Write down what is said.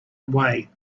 away